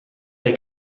der